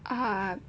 ah